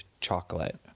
chocolate